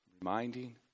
reminding